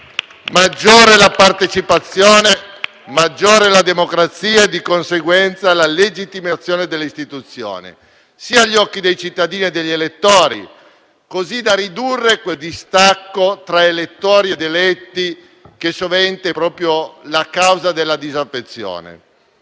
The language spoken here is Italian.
maggiore è la partecipazione, maggiore è la democrazia e, di conseguenza, la legittimazione delle istituzioni agli occhi dei cittadini e degli elettori, così da ridurre quel distacco tra elettori ed eletti che sovente è proprio la causa della disaffezione.